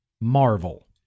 Marvel